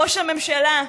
ראש הממשלה,